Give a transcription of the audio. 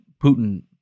Putin